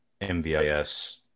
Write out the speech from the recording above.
MVIS